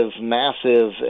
massive